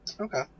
Okay